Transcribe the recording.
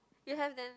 you have then